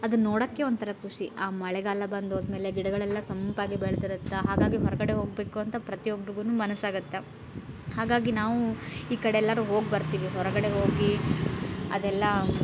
ಅದನ್ನ ನೋಡೋಕೆ ಒಂಥರ ಖುಷಿ ಆ ಮಳೆಗಾಲ ಬಂದು ಹೋದಮೇಲೆ ಗಿಡಗಳೆಲ್ಲ ಸೊಂಪಾಗಿ ಬೆಳ್ದಿರುತ್ತೆ ಹಾಗಾಗಿ ಹೊರಗಡೆ ಹೋಗಬೇಕು ಅಂತ ಪ್ರತಿಯೊಬ್ರಿಗೂನೂ ಮನಸಾಗುತ್ತೆ ಹಾಗಾಗಿ ನಾವು ಈ ಕಡೆ ಎಲ್ಲಾರು ಹೋಗಿ ಬರ್ತೀವಿ ಹೊರಗಡೆ ಹೋಗಿ ಅದೆಲ್ಲ